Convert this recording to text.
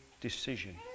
decision